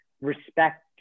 respect